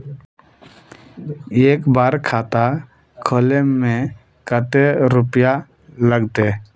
एक बार खाता खोले में कते रुपया लगते?